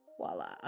voila